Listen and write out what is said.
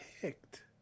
picked